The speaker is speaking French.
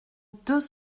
deux